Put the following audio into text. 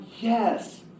Yes